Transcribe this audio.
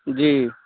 जी